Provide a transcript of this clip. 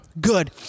Good